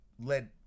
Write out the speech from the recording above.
led